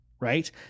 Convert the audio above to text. right